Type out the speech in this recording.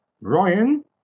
Ryan